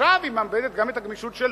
ועכשיו היא מאבדת גם את הגמישות של